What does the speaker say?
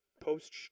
post